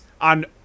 on